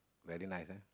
very nice ah